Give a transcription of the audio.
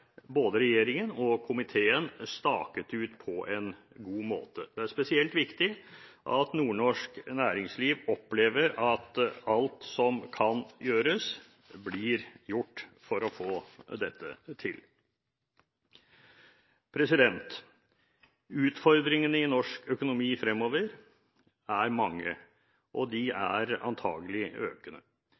både regjeringen og komiteen staket ut på en god måte. Det er spesielt viktig at nordnorsk næringsliv opplever at alt som kan gjøres for å få dette til, blir gjort. Utfordringene i norsk økonomi fremover er mange – og antallet er antakelig økende – men utgangspunktet er godt, bedre enn hos de